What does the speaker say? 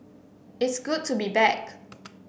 it's good to be back